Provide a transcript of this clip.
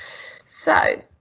so